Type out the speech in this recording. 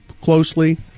closely